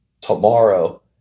tomorrow